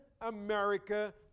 America